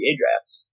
drafts